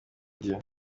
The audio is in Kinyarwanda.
dieu